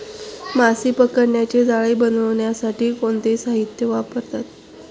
मासे पकडण्याचे जाळे बनवण्यासाठी कोणते साहीत्य वापरतात?